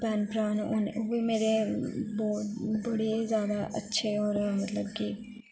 भैन भ्रा न होए मेरे बहुत बड़े जादा अच्छे और मतलब कि